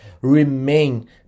Remain